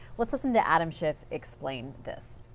let's listen to adam schiff explain this.